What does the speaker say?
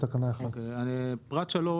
תקנה 1. פרט 3,